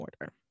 order